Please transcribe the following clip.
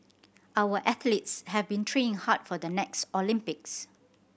our athletes have been training hard for the next Olympics